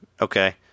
Okay